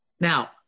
now